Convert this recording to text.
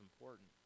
important